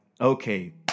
okay